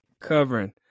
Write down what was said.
Covering